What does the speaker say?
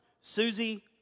Susie